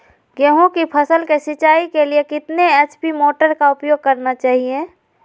गेंहू की फसल के सिंचाई के लिए कितने एच.पी मोटर का उपयोग करना चाहिए?